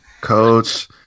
coach